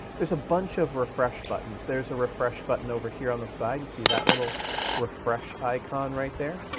there's a bunch of refresh buttons. there's a refresh button over here on the side, you see that little refresh icon right there?